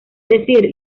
decir